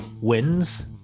wins